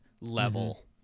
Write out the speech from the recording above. level